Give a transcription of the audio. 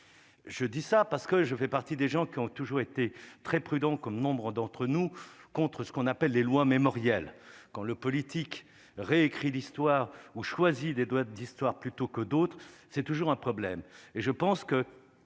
Je dis ça parce que je fais partie des gens qui ont toujours été très prudent, comme nombre d'entre nous contre ce qu'on appelle les lois mémorielles quand le politique réécrit l'histoire ou choisi des doigts d'histoire plutôt que d'autres, c'est toujours un problème